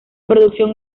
producción